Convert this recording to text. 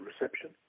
reception